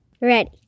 Ready